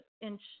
inch